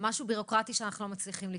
משהו בירוקרטי שאנחנו לא מצליחים לפתור?